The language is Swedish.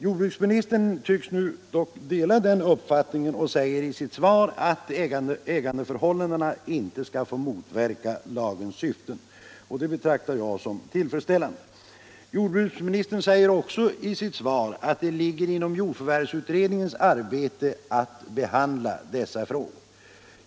Jordbruksministern tycks dock nu dela den uppfattningen och säger i sitt svar att ägandeförhållandena inte skall motverka lagens syften. Det betraktar jag som tillfredsställande. Jordbruksministern säger också i sitt svar att det ligger inom jordförvärvsutredningens arbete att behandla dessa frågor.